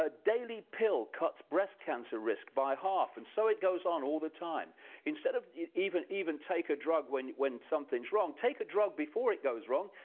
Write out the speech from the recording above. ah daily pill cuts breast cancer risk by half, and so it goes on all the time instead of even even take a drug when when something is wrong, take a drug before it goes wrong,